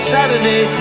Saturday